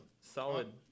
solid